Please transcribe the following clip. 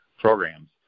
programs